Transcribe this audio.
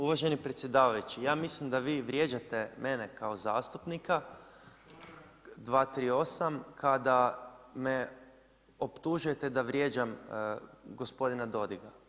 Uvaženi predsjedavajući, ja mislim da vi vrijeđate mene kao zastupnika, 238., kada me optužujete da vrijeđam gospodina Dodiga.